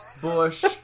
Bush